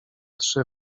trzy